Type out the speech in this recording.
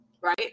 right